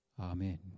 Amen